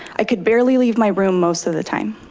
i could barely leave my room most of the time.